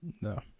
No